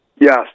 Yes